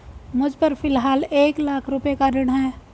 मुझपर फ़िलहाल एक लाख रुपये का ऋण है